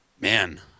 Man